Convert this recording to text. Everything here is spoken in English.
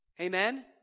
Amen